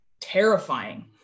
terrifying